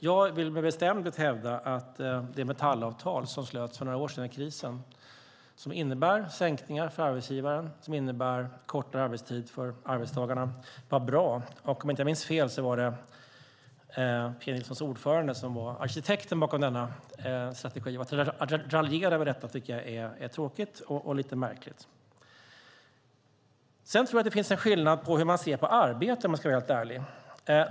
Jag vill med bestämdhet hävda att det metallavtal som slöts under krisen för några år sedan som innebär sänkningar för arbetsgivaren och kortare arbetstider för arbetstagarna var bra. Om jag inte minns fel var det Pia Nilssons partiordförande som var arkitekten bakom denna strategi. Att Pia Nilsson raljerar över detta tycker jag är tråkigt och lite märkligt. Jag tror att det finns en skillnad i hur man ser på arbete.